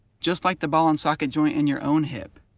just like the ball and socket joint in your own hip.